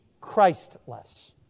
Christless